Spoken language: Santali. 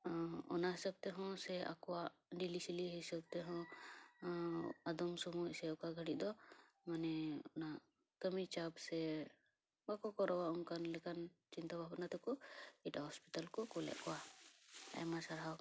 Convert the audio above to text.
ᱚᱱᱟ ᱦᱤᱥᱟᱹᱵ ᱛᱮᱦᱚᱸ ᱥᱮ ᱟᱠᱚᱭᱟᱜ ᱰᱤᱞᱤᱥᱤᱞᱤ ᱦᱤᱥᱟᱹᱵ ᱛᱮᱦᱚᱸ ᱟᱫᱚᱢ ᱥᱳᱢᱚᱭ ᱥᱮ ᱚᱠᱟ ᱜᱷᱟ ᱲᱤᱡ ᱫᱚ ᱢᱟᱱᱮ ᱚᱱᱟ ᱠᱟ ᱢᱤ ᱪᱟᱯ ᱥᱮ ᱵᱟᱠᱚ ᱠᱚᱨᱟᱣᱟ ᱚᱱᱠᱟᱱ ᱞᱮᱠᱟᱱ ᱪᱤᱱᱛᱟᱹ ᱵᱷᱟᱵᱱᱟ ᱛᱟᱠᱚ ᱮᱴᱟᱜ ᱦᱟᱥᱯᱟᱛᱟᱞ ᱠᱚ ᱠᱳᱞᱮᱫ ᱠᱚᱣᱟ ᱟᱭᱢᱟ ᱥᱟᱨᱦᱟᱣ